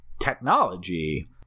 Technology